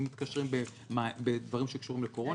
אם מתקשרים לדברים שקשורים לקורונה